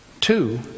Two